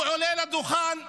הוא עולה לדוכן,